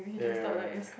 yeah yeah yeah yeah